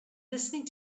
listening